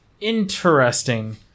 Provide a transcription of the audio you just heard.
interesting